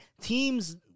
Teams